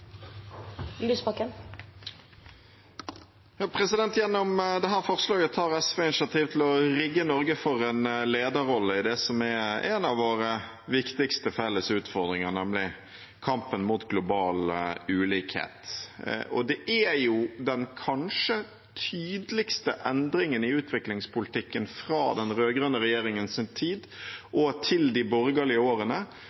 forslaget tar SV initiativ til å rigge Norge for en lederrolle i det som er en av våre viktigste felles utfordringer, nemlig kampen mot global ulikhet. Det er den kanskje tydeligste endringen i utviklingspolitikken fra den rød-grønne regjeringens tid og til de borgerlige årene, litt uavhengig av de ulike borgerlige konstellasjonene: at ulikhet, som i vår tid